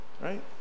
Right